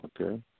okay